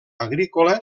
agrícola